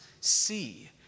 see